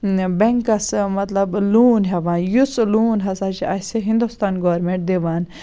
بینٛکَس مَطلَب لون ہیٚوان یُس لون ہَسا چھُ اَسہِ ہِنٛدوستان گورمنٹ دِوان